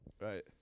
Right